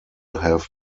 have